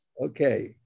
Okay